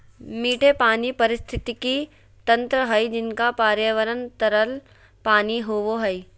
मीठे पानी के पारिस्थितिकी तंत्र हइ जिनका पर्यावरण तरल पानी होबो हइ